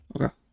okay